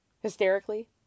hysterically